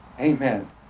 Amen